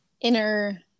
inner